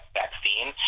vaccine